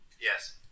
Yes